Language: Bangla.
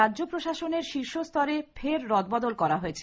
রাজ্য প্রশাসনের শীর্ষ স্তরে ফের রদবদল করা হয়েছে